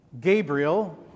Gabriel